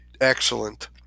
excellent